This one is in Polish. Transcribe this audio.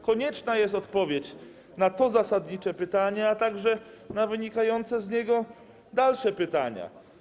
Konieczna jest odpowiedź na to zasadnicze pytanie, a także na wynikające z niego dalsze pytanie: